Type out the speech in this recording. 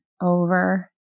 over